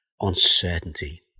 uncertainty